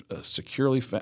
securely